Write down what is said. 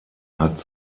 hat